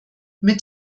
mit